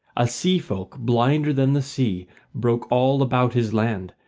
a sea-folk blinder than the sea broke all about his land,